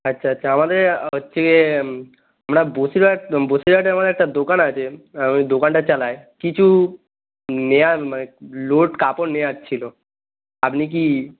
আচ্ছা আচ্ছা আমাদের হচ্ছে আমরা বসিরহাট বসিরহাটে আমার একটা দোকান আছে আমি দোকানটা চালায় কিছু নেয়া মানে লোড কাপড় নেওয়ার ছিলো আপনি কি